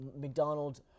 McDonald's